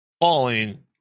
falling